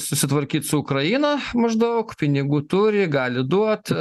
susitvarkyt su ukraina maždaug pinigų turi gali duot